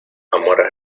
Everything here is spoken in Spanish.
amores